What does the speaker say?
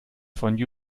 von